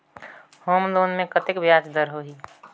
Home loan मे कतेक ब्याज दर होही?